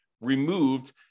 removed